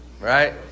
right